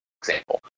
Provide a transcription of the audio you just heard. example